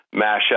mashup